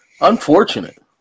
unfortunate